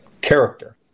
character